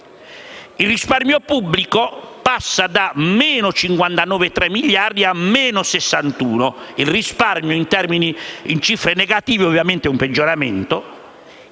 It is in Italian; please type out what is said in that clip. il risparmio pubblico passa da -59,3 a -61 miliardi di euro (il risparmio in cifre negative è ovviamente un peggioramento);